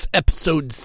episode